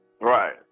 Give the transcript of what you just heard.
right